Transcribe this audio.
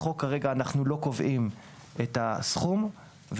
אנחנו לא קובעים את הסכום בחוק כרגע,